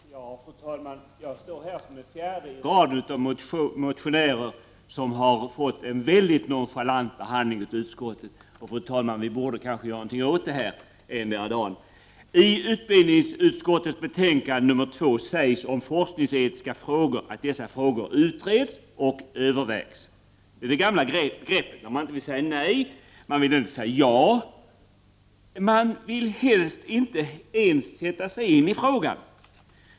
Fru talman! Jag står här som den fjärde i raden av motionärer som fått en väldigt nonchalant behandling av utskottet. Vi borde kanske göra någonting åt det här endera dagen, fru talman. I utbildningsutskottets betänkande nr 2 sägs om forskningsetiska frågor att dessa frågor utreds och övervägs. Det är det gamla greppet när man inte vill säga nej, men inte heller vill säga ja, när man helt enkelt inte ens vill sätta sig in i frågan.